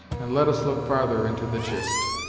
and let us look farther into the chist.